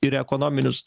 ir ekonominius